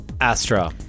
Astra